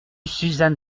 suzanne